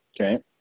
Okay